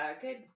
good